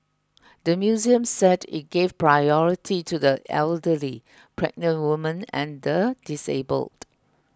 the museum said it gave priority to the elderly pregnant women and the disabled